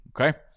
okay